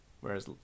Whereas